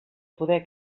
poder